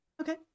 okay